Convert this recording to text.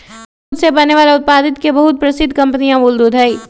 दूध से बने वाला उत्पादित के बहुत प्रसिद्ध कंपनी अमूल दूध हई